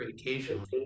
occasionally